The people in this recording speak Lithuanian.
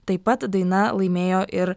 taip pat daina laimėjo ir